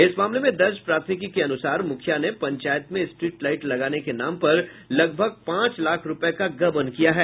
इस मामले में दर्ज प्राथमिकी के अनूसार मुखिया ने पंचायत में स्ट्रीट लाइट लगाने के नाम पर लगभग पांच लाख रुपये का गबन किया है